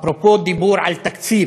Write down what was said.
אפרופו דיבור על תקציב,